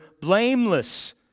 blameless